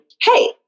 Hey